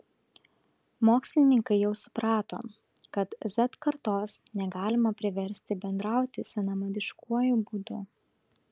mokslininkai jau suprato kad z kartos negalima priversti bendrauti senamadiškuoju būdu